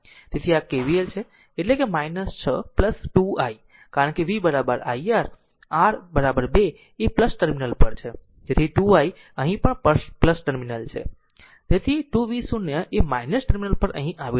તેથી આ r KVL છે એટલે કે 6 2 i કારણ કે v iR R 2 એ ટર્મિનલ પર છે તેથી 2 i અહીં પણ ટર્મિનલ છે તેથી 2 v0 એ ટર્મિનલ પર અહીં આવી રહ્યું છે